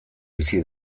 bizi